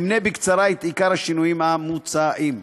אמנה בקצרה את עיקר השינויים המוצעים.